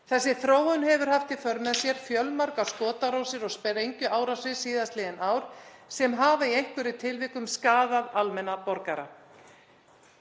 Þessi þróun hefur haft í för með sér fjölmargar skotárásir og sprengjuárásir síðastliðin ár sem hafa í einhverjum tilvikum skaðað almenna borgara.